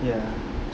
ya